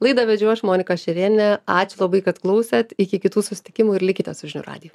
laidą vedžiau aš monika šerėnienė ačiū labai kad klausėt iki kitų susitikimų ir likite su žinių radiju